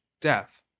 death